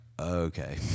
okay